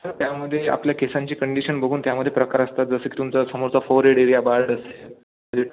sir त्यामध्ये आपल्या केसांची कंडिशन बघून त्यामध्ये प्रकार असतात जसं की तुमचा समोरचा फोरहेड एरिया बाल्ड असेल